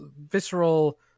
visceral